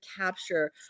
capture